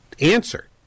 Answer